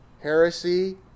heresy